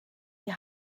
die